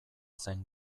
zen